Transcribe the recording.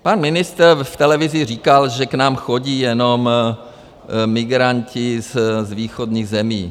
Pan ministr v televizi říkal, že k nám chodí jenom migranti z východních zemí.